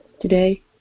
Today